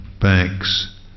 banks